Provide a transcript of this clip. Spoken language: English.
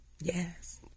Yes